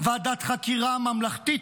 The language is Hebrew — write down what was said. ועדת חקירה ממלכתית,